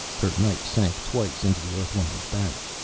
her knife sank twice into the earthwoman's back.